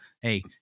hey